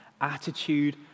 attitude